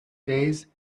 days